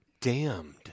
damned